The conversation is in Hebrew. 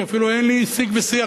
שאפילו אין לי שיג ושיח,